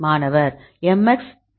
மாணவர் mx plus